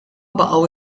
baqgħu